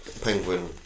Penguin